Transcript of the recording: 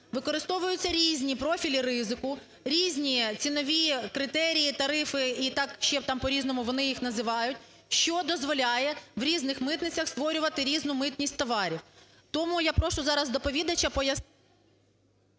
використовуються різні профілі ризику, різні цінові критерії, тарифи і так ще там по-різному вони їх називають, що дозволяє в різних митницях створювати різну митність товарів. Тому я прошу зараз доповідача…